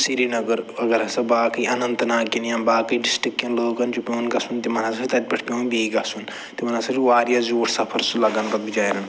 سِریٖنگر اگر ہسا باقٕے اَننت ناگ کٮ۪ن یا باقٕے ڈِسٹِک کٮ۪ن لوٗکَن چھِ پٮ۪وان گژھُن تِمَن ہسا چھِ تَتہِ پٮ۪ٹھ پٮ۪وان بیٚیہِ گژھُن تِمَن ہسا چھِ واریاہ زیوٗٹھ سفر سُہ لَگَن پتہٕ بِچارٮ۪ن